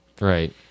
right